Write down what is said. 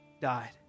died